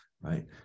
right